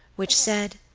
which said,